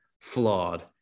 flawed